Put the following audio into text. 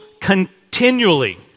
continually